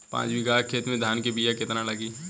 पाँच बिगहा खेत में धान के बिया केतना लागी?